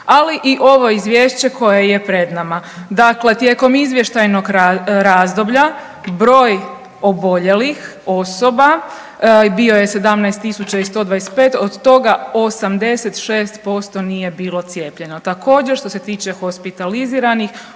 ali i ovo Izvješće koje je pred nama. Dakle, tijekom izvještajnog razdoblja broj oboljelih osoba bio je 17 tisuća i 125, od toga 86% nije bilo cijepljeno. Također što se tiče hospitaliziranih